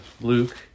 Luke